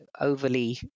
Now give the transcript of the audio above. overly